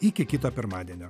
iki kito pirmadienio